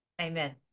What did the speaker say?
Amen